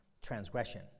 transgression